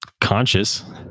conscious